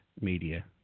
media